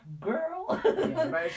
girl